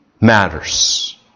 matters